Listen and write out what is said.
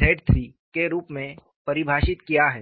ZIII के रूप में परिभाषित किया है